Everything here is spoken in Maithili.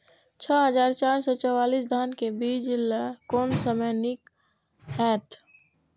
छः हजार चार सौ चव्वालीस धान के बीज लय कोन समय निक हायत?